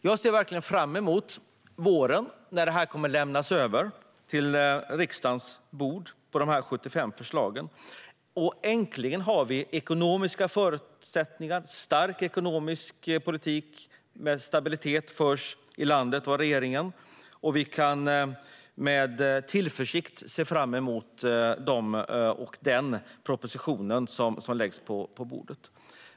Jag ser verkligen fram emot våren, då dessa 75 förslag kommer att lämnas över på riksdagens bord. Äntligen har vi ekonomiska förutsättningar och en stark ekonomisk politik med stabilitet i landet och i regeringen, och vi kan med tillförsikt se fram emot den proposition som läggs på bordet.